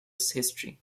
history